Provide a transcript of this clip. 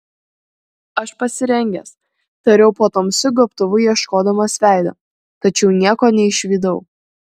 aš pasirengęs tariau po tamsiu gobtuvu ieškodamas veido tačiau nieko neišvydau